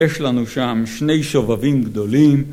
יש לנו שם שני שובבים גדולים